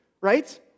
right